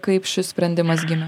kaip šis sprendimas gimė